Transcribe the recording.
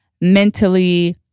mentally